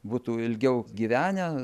būtų ilgiau gyvenę